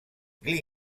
gli